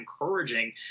encouraging